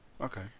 Okay